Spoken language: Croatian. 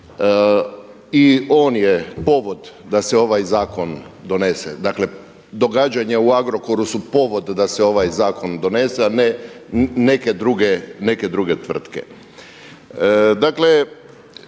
i on je povod da se ovaj zakon donese, dakle događanja u Agrokoru su povod da se ovaj zakon donese, a ne neke druge tvrtke. Dakle